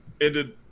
ended